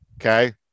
Okay